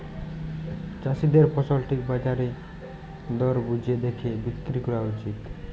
চাষীদের ফসল ঠিক বাজার দর বুঝে দ্যাখে বিক্রি ক্যরা উচিত